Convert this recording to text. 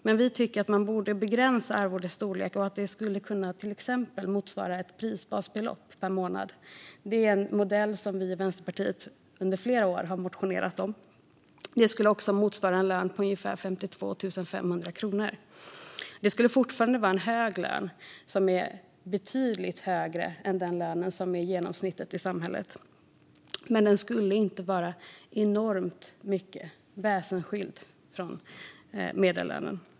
Men vi tycker att man borde begränsa arvodets storlek. Det skulle till exempel kunna motsvara ett prisbasbelopp per månad. Det är en modell som vi i Vänsterpartiet under flera år har motionerat om. Det skulle motsvara en lön på ungefär 52 500 kronor. Det är fortfarande en hög lön, betydligt högre än den lön som är genomsnittet i samhället, men den skulle inte vara enormt mycket högre eller väsensskild från medellönen.